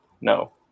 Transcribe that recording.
no